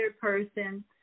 person